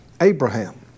Abraham